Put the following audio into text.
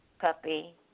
puppy